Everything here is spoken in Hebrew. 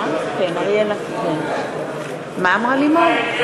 קבלת לאחר תוצאות ההצבעה עוברים להצבעה אלקטרונית,